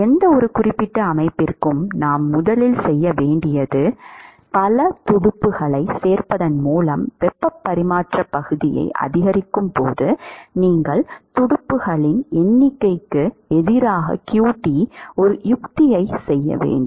எந்தவொரு குறிப்பிட்ட அமைப்பிற்கும் நாம் முதலில் செய்ய வேண்டியது பல துடுப்புகளைச் சேர்ப்பதன் மூலம் வெப்பப் பரிமாற்றப் பகுதியை அதிகரிக்கும்போது நீங்கள் துடுப்புகளின் எண்ணிக்கைக்கு எதிராக qt ஒரு யுக்தியை செய்ய வேண்டும்